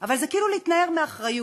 אבל זה כאילו להתנער מאחריות.